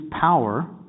power